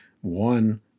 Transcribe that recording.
one